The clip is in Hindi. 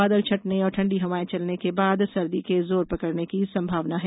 बादल छंटने और ठण्डी हवायें चलने के बाद सर्दी के जोर पकडने की संभावना है